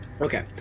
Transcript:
Okay